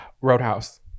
roadhouse